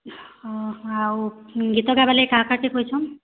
ହଁ ହଁ ଆଉ ଗୀତ ଗାଏବାର୍ ଲାଗି କାହା କାହାକେ କହିଛନ୍